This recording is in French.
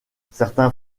certains